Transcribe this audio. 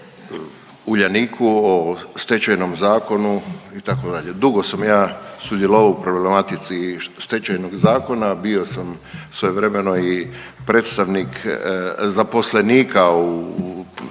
Uljaniku, o Stečajnom zakonu itd., dugo sam ja sudjelovao u problematici Stečajnog zakona, bio sam svojevremeno i predstavnik zaposlenika u tim